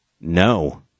No